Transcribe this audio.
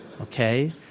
Okay